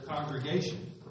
congregation